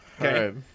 Okay